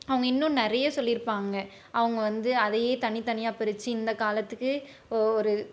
அவங்க இன்னும் நிறைய சொல்லியிருப்பாங்க அவங்க வந்து அதையே தனி தனியாக பிரிச்சு இந்த காலத்துக்கு ஓ ஒரு